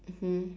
mmhmm